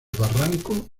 barranco